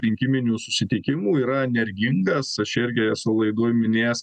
rinkiminių susitikimų yra energingas aš irgi esu laidoj minėjęs